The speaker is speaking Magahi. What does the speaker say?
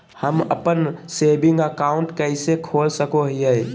हम अप्पन सेविंग अकाउंट कइसे खोल सको हियै?